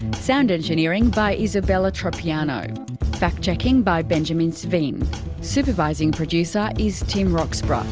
sound engineering by isabella tropiano fact-checking by benjamin sveensupervising sveensupervising producer is tim roxburgh.